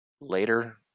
later